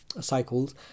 cycles